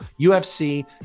UFC